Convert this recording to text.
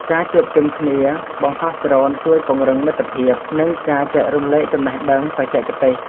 ការជួបជុំគ្នាបង្ហោះដ្រូនជួយពង្រឹងមិត្តភាព និងការចែករំលែកចំណេះដឹងបច្ចេកទេស។